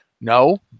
No